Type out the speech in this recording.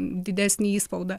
didesnį įspaudą